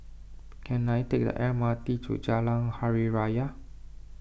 can I take the M R T to Jalan Hari Raya